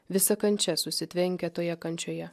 visa kančia susitvenkia toje kančioje